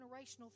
generational